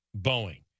Boeing